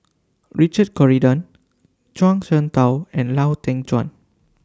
Richard Corridon Zhuang Shengtao and Lau Teng Chuan